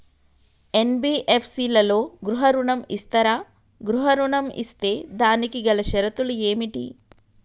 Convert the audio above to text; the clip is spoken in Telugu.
ఎన్.బి.ఎఫ్.సి లలో గృహ ఋణం ఇస్తరా? గృహ ఋణం ఇస్తే దానికి గల షరతులు ఏమిటి?